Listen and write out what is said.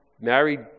married